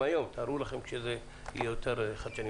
היום ותארו לכם כשזה יהיה יותר חדשני.